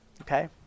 Okay